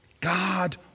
God